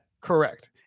Correct